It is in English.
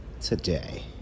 today